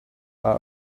are